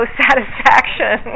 satisfaction